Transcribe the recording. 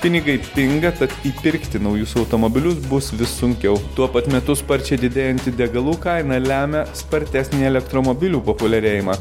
pinigai pinga tad įpirkti naujus automobilius bus vis sunkiau tuo pat metu sparčiai didėjanti degalų kaina lemia spartesnį elektromobilių populiarėjimą